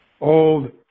old